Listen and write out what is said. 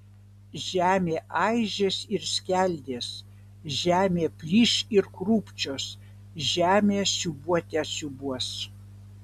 žemė aižės ir skeldės žemė plyš ir krūpčios žemė siūbuote siūbuos